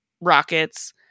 Rockets